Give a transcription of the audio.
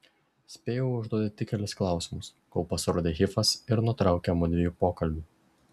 spėjau užduoti tik kelis klausimus kol pasirodė hifas ir nutraukė mudviejų pokalbį